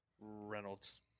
Reynolds